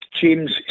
James